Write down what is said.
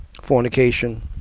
fornication